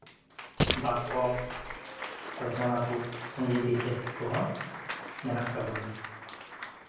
ᱵᱟᱠᱠᱚ ᱨᱚᱪᱚᱱᱟ ᱠᱚ ᱥᱚᱱᱫᱤ ᱵᱤᱪᱪᱷᱮᱫ ᱠᱚᱦᱚᱸ ᱢᱮᱱᱟᱜ ᱛᱟᱵᱚᱱᱟ